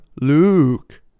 Luke